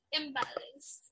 imbalance